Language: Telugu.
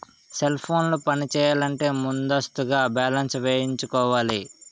సెల్ ఫోన్లు పనిచేయాలంటే ముందస్తుగా బ్యాలెన్స్ వేయించుకోవాలి